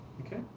Okay